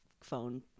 phone